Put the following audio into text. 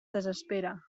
desespera